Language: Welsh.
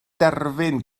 derfyn